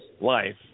life